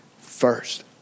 first